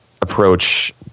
approach